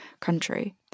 country